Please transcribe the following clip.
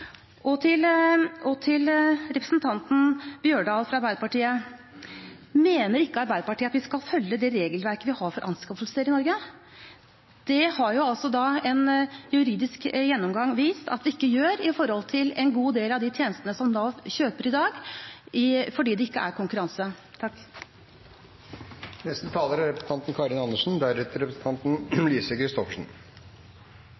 Og til representanten Holen Bjørdal fra Arbeiderpartiet: Mener ikke Arbeiderpartiet at vi skal følge det regelverket vi har for anskaffelser i Norge? En juridisk gjennomgang har vist at vi ikke gjør det når det gjelder en god del av de tjenestene som Nav kjøper i dag, fordi det ikke er konkurranse. Jeg må lure på om representanten